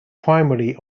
primarily